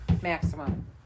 Maximum